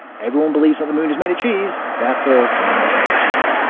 everyone believes that the moon is made of cheese, therefore the moon is made of cheese.